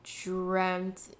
dreamt